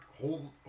Hold